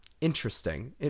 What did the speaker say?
Interesting